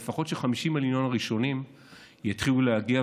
ולפחות ש-50 המיליון הראשונים יתחילו להגיע,